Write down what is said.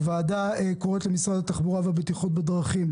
הוועדה קוראת למשרד התחבורה והבטיחות בדרכים,